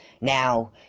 Now